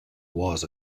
was